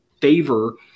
favor